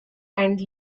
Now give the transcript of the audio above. and